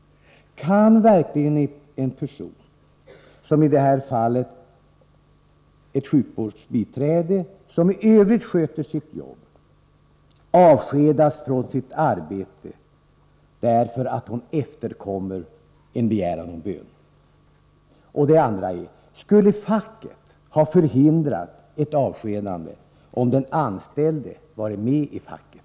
Kan verkligen en person — i det här fallet ett sjukvårdsbiträde som i övrigt sköter sitt arbete — avskedas från sitt arbete därför att hon efterkommer en begäran om bön? Skulle facket ha förhindrat ett avskedande om den anställde varit med i facket?